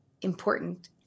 important